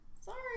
Sorry